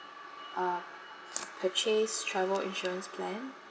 uh purchase travel insurance plan